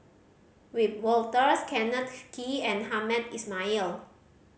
Wiebe Wolters Kenneth Kee and Hamed Ismail